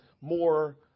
more